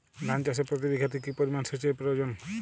ধান চাষে প্রতি বিঘাতে কি পরিমান সেচের প্রয়োজন?